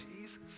Jesus